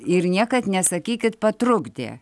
ir niekad nesakykit patrukdė